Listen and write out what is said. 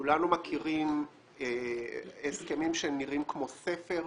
כולנו מכירים הסכמים שנראים כמו ספר,